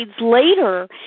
later